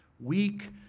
weak